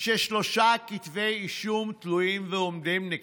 עם ראש ממשלה ששלושה כתבי אישום תלויים ועומדים נגדו.